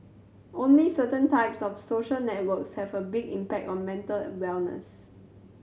only certain types of social networks have a big impact on mental wellness